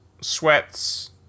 sweats